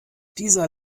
dieser